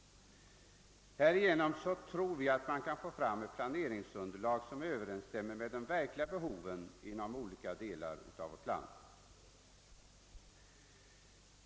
Härigenom skulle man enligt min mening kunna åstadkomma ett planeringsunderlag, som överensstämmer med de verkliga behoven inom olika delar av vårt land.